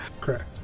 Correct